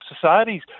societies